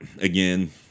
Again